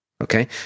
Okay